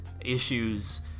issues